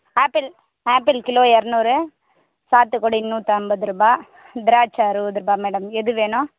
apple apple kilo இரநூறு சாத்துக்குடி நூற்றம்பதுரூபா திராட்சை அறுபதுரூபா மேடம் எது வேணும்